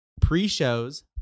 Pre-shows